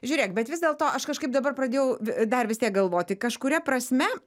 žiūrėk bet vis dėlto aš kažkaip dabar pradėjau dar vis tiek galvoti kažkuria prasme